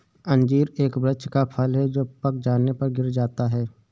अंजीर एक वृक्ष का फल है जो पक जाने पर गिर जाता है